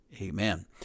Amen